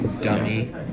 Dummy